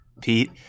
Pete